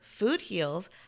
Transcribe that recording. FOODHEALS